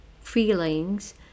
feelings